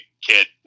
kid